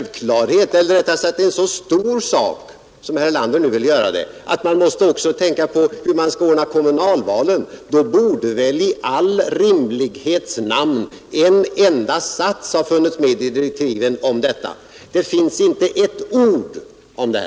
Var det en så stor sak som herr Erlander nu vill göra det till, att man också måste tänka på hur man skulle ordna kommunalvalen, då borde det väl i all rimlighets namn ha funnits med en enda sats om det i direktiven. Det finns inte ett ord om det.